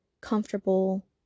comfortable